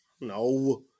No